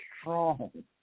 strong